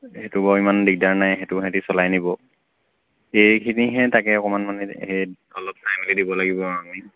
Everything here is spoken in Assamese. সেইটো বাৰু ইমান দিগদাৰ নাই সেইটো সিহঁতি চলাই নিব সেইখিনিহে তাকে অকণমান মানে অলপ সেই টাইমলি দিব লাগিব আৰু আমি